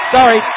Sorry